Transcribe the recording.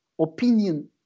opinion